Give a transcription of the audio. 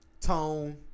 tone